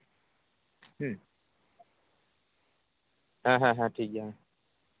ᱦᱩᱸ ᱦᱮᱸ ᱦᱮᱸ ᱦᱮᱸ ᱴᱷᱤᱠᱜᱮᱭᱟ ᱦᱮᱸ